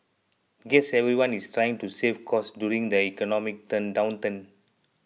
guess everyone is trying to save costs during the economic downturn